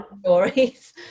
stories